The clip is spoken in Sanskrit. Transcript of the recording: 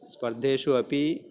स्पर्धेषु अपि